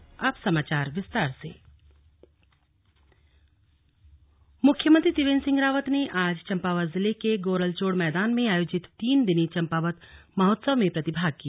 चम्पावत महोत्सव मुख्यमंत्री त्रिवेंद्र सिह रावत ने आज चम्पावत जिले के गोरलचोड़ मैदान में आयोजित तीन दिनी चम्पावत महोत्सव में प्रतिभाग किया